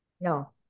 No